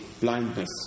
blindness